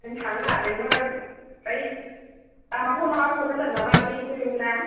आं थांनो नागिरदोंमोन ओमफ्राय लामाफ्राव माबा प्रब्लेम जादों नामा आंथ' सौफैबायमोन ना